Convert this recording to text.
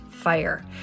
fire